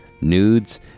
nudes